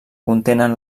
contenen